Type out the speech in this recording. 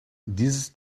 dieses